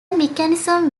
mechanism